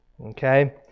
Okay